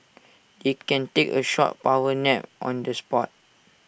they can take A short power nap on the spot